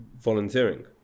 volunteering